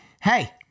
hey